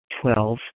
Twelve